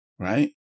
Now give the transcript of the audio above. Right